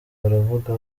baravuga